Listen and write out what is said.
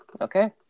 Okay